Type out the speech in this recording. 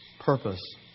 purpose